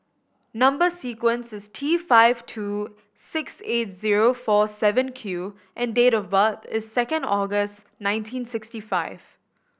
number sequence is T five two six eight zero four seven Q and date of birth is second August nineteen sixty five